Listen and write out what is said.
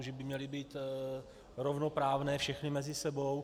Že by měly být rovnoprávné všechny mezi sebou.